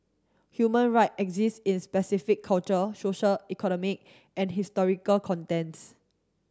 human right exist in specific cultural social economic and historical contents